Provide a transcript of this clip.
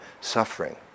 suffering